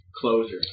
closure